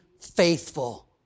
faithful